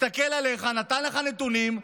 הסתכל עליך, נתן לך נתונים.